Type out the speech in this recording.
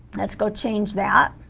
let's go change that